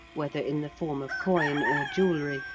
whether in the form of coin or jewellery,